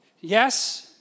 Yes